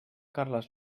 carles